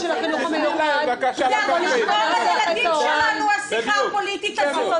--- את הדיון על הנושא של החינוך המיוחד?